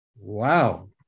Wow